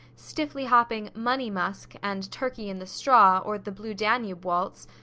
stiffly hopping money musk and turkey in the straw, or the blue danube waltz,